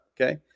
Okay